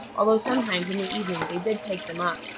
although sometimes, in the evening, they did take them up.